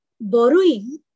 borrowing